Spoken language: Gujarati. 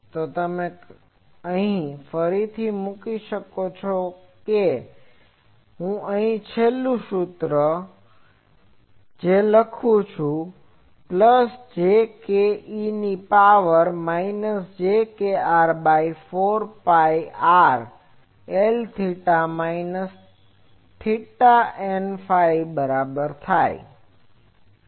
તો તમે અહી ફરીથી મૂકી શકો છો હું અહી છેલ્લું સૂત્ર લખુ છું પ્લસ j k e ની power minus j kr by 4 phi r Lθ minus theta Nφ